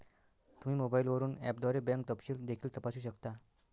तुम्ही मोबाईलवरून ऍपद्वारे बँक तपशील देखील तपासू शकता